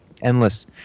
endless